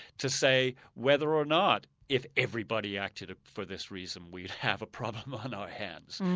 to say whether or not if everybody acted for this reason we'd have a problem on our hands.